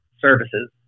services